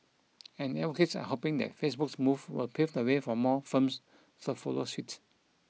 and advocates are hoping that Facebook's move will pave the way for more firms to follow suit